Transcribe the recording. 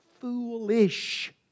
foolish